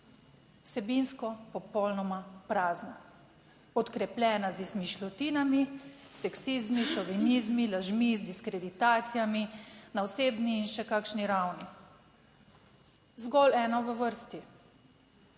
vsebinsko popolnoma prazna, podkrepljena z izmišljotinami, seksizmi, šovinizmi, lažmi, z diskreditacijami na osebni in še kakšni ravni. Zgolj ena v vrsti,